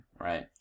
right